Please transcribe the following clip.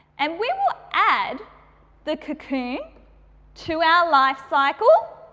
and we will add the cocoon to our life cycle